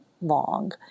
long